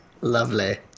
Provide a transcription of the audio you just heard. lovely